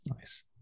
nice